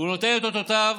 הוא נותן את אותותיו,